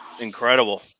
incredible